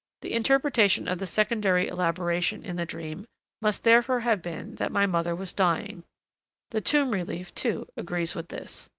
the interpretation of the secondary elaboration in the dream must therefore have been that my mother was dying the tomb relief, too, agrees with this.